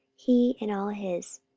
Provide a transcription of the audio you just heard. he and all his,